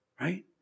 right